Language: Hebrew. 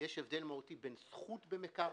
יש הבדל מהותי בין זכות במקרקעין,